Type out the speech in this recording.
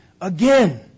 again